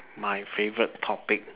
my favourite topic